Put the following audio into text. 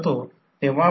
तर ते I0 Ic j Im देते